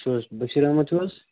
چھُو حظ بٔشیٖر احمد چھُو حظ